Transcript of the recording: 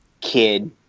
kid